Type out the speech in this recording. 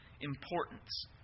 importance